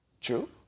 True